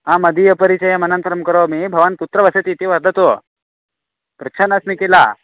आ मदीयपरिचयम् अनन्तरं करोमि भवान् कुत्र वसति इति वदतु पृच्छन्नस्मि किल